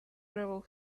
gravel